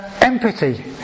empathy